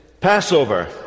Passover